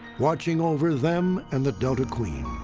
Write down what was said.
watching over them and the delta queen.